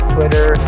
Twitter